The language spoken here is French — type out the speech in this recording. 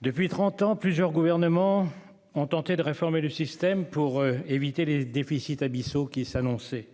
Depuis 30 ans. Plusieurs gouvernements ont tenté de réformer le système pour éviter les déficits abyssaux qui s'annonçait.